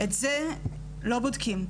את זה לא בודקים.